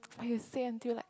but you say until like